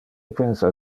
pensa